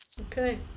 Okay